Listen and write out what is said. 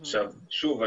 שוב,